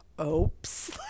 oops